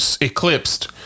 eclipsed